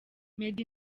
meddy